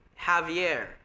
Javier